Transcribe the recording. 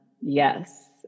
yes